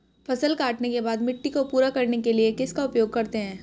फसल काटने के बाद मिट्टी को पूरा करने के लिए किसका उपयोग करते हैं?